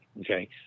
okay